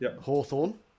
Hawthorne